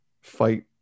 fight